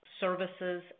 services